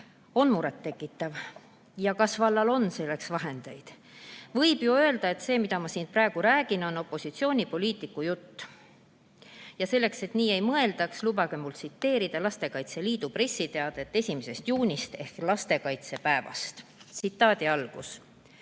on muret tekitav. Kas vallal on selleks vahendeid? Võib ju öelda, et see, mida ma siin praegu räägin, on opositsioonipoliitiku jutt. Ja selleks, et nii ei mõeldaks, lubage mul tsiteerida Lastekaitse Liidu pressiteadet 1. juunil ehk lastekaitsepäeval. Liit